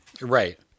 Right